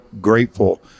grateful